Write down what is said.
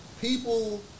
people